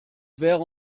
wäre